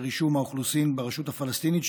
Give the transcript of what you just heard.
חסרי זהות לרישום האוכלוסין ברשות הפלסטינית,